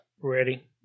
Ready